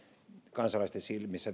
kansalaisten silmissä